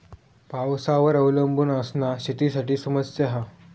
पावसावर अवलंबून असना शेतीसाठी समस्या हा